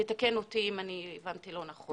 תתקן אותי אם הבנתי לא נכון.